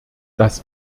das